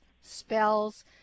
spells